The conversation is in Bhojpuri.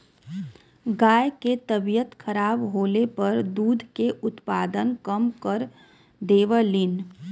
गाय के तबियत खराब होले पर दूध के उत्पादन कम कर देवलीन